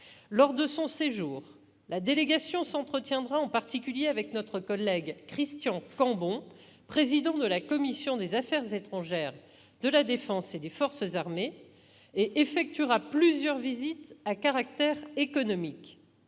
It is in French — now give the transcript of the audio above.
Lors de son séjour, la délégation s'entretiendra en particulier avec notre collègue Christian Cambon, président de la commission des affaires étrangères, de la défense et des forces armées, et effectuera plusieurs visites à caractère économique.